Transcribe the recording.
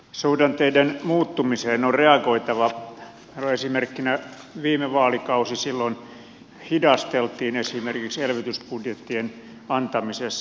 suhdanteiden muuttumiseen on reagoitava esimerkkinä viime vaalikausi silloin hidasteltiin esimerkiksi elvytysbudjettien antamisessa